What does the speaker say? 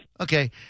Okay